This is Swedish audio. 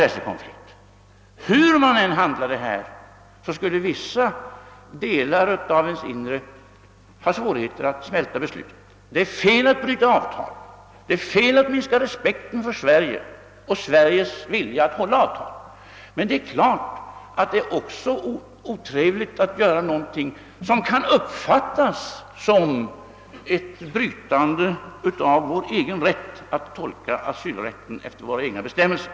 Eur man än handlade skulle vissa delar av ens inre ha svårt att smälta beslutet. Det är fel att bryta avtal, det är fel att minska respekten för Sverige och för Sveriges vilja att hålla avtal, men det är naturligtvis också otrevligt att göra någonting som kan uppfattas som ett brytande av vår rätt att tolka asylrätten efter våra egna bestämmelser.